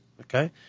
Okay